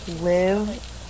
live